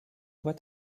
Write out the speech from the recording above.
what